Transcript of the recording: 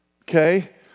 okay